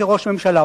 כראש הממשלה,